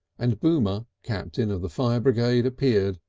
and boomer, captain of the fire brigade, appeared,